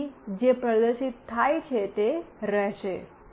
તેથી જે પ્રદર્શિત થાય છે તે રહેશે